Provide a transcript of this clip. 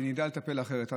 נדע לטפל אחרת.